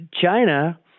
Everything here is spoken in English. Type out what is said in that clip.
China